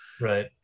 Right